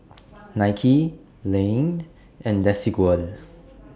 Nike Laneige and Desigual